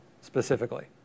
specifically